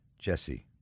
Jesse